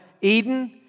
Eden